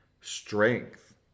strength